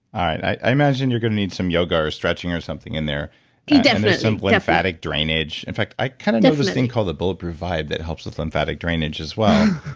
i imagine you're going to need some yoga or stretching or something in there yeah but some lymphatic drainage. in fact, i kind of know this thing called the bulletproof vibe that helps with lymphatic drainage as well.